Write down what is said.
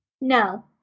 No